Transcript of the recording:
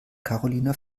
carolina